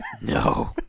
No